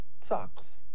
sucks